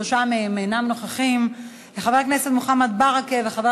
שלושה מהם אינם נוכחים: חבר הכנסת מוחמד ברכה וחבר